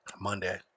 Monday